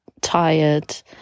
tired